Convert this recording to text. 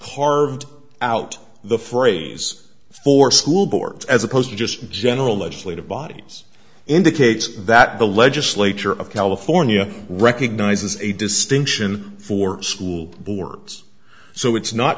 harve out the phrase for school boards as opposed to just in general legislative bodies indicates that the legislature of california recognizes a distinction for school boards so it's not